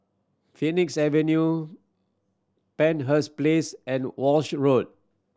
Phoenix Avenue Penshurst Place and Walshe Road